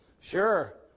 Sure